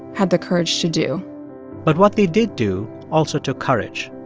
had the courage to do but what they did do also took courage.